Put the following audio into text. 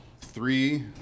three